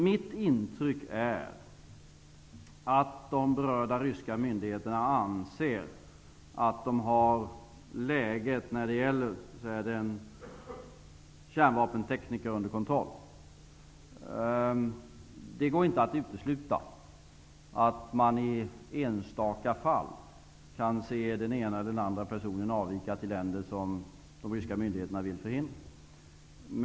Mitt intryck är att de berörda ryska myndigheterna anser att de har läget när det gäller kärnvapenteknik under kontroll. Men det går inte att utesluta att man i enstaka fall kan se att den ena eller den andra personen avviker till ett visst land, vilket de ryska myndigheterna vill förhindra.